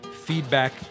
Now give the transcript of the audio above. Feedback